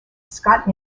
scott